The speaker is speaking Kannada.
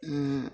ಹ್ಞೂ